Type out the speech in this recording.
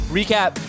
recap